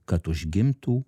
kad užgimtų